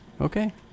Okay